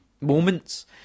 moments